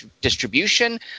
distribution